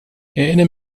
erinner